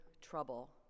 trouble